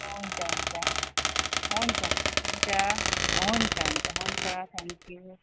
हुन्छ हुन्छ हुन्छ हुन्छ हुन्छ हुन्छ हुन्छ थ्याङ्क्यु